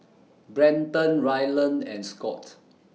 Brenton Ryland and Scot